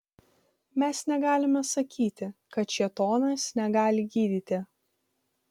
mes negalime sakyti kad šėtonas negali gydyti